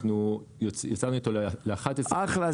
ויצאנו איתו ל-11 רשויות --- אחלה.